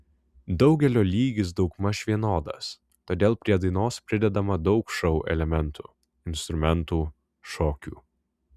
daugelio lygis daugmaž vienodas todėl prie dainos pridedama daug šou elementų instrumentų šokių